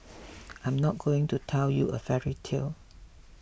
I am not going to tell you a fairy tale